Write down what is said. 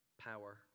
power